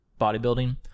bodybuilding